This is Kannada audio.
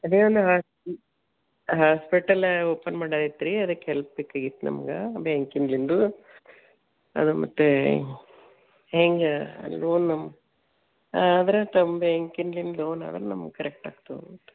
ಅದೇ ಒಂದು ಹಾಸ್ಪೆಟಲ ಓಪನ್ ಮಾಡೋದ್ ಇತ್ತು ರೀ ಅದಕ್ಕೆ ಹೆಲ್ಪ್ ಬೇಕಾಗಿತ್ತು ನಮ್ಗೆ ಬ್ಯಾಂಕಿಂದ್ಲಿಂದು ಅದು ಮತ್ತೆ ಹೆಂಗೆ ಲೋನ್ ನಮ್ಗೆ ಆದರೆ ತಮ್ಮ ಬ್ಯಾಂಕಿಂದ್ಲಿಂದ ಲೋನ್ ಆದ್ರೆ ನಮ್ಗೆ ಕರೆಕ್ಟ್ ಆಗ್ತವೆ ಅಂತ